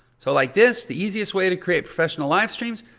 so like this, the easiest way to create professional live streams,